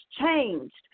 changed